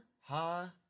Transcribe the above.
ha